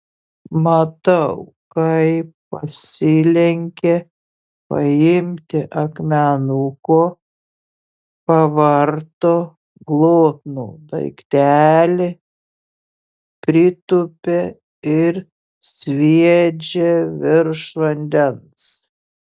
matau kaip pasilenkia paimti akmenuko pavarto glotnų daiktelį pritūpia ir sviedžia virš vandens